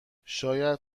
شاید